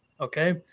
Okay